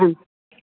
ओं